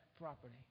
property